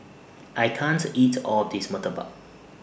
I can't eat All of This Murtabak